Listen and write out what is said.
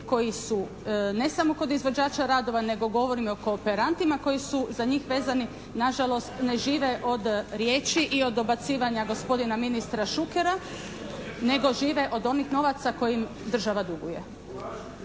koji su ne samo kod izvođača radova nego govorim i o kooperantima koji su za njih vezani, nažalost ne žive od riječi i dobacivanja gospodina ministra Šukera nego žive od onih novaca koji im država duguje.